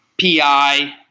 PI